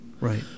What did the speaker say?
Right